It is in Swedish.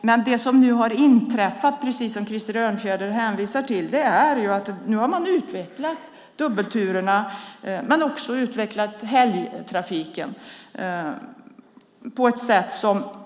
Men det som nu har inträffat är, precis som Krister Örnfjäder hänvisar till, att man har utvecklat dubbelturerna. Man har också utvecklat helgtrafiken på ett sätt som man enligt